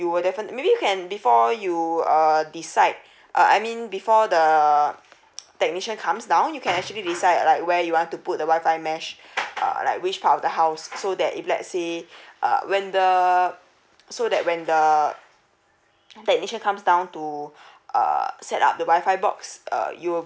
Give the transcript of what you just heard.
you will definitely maybe you can before you err decide uh I mean before the technician comes down you can actually decide like where you want to put the wi-fi mesh err like which part of the house so that if let's say uh when the so that when the technician comes down to uh set up the wi-fi box uh you will